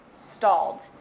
stalled